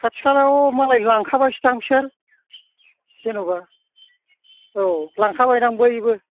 खाथि खालायाव मालाय लांखाबायसोदां बिसोर जेन'बा औ लांखाबायदां बैबो